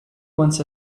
wants